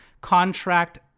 contract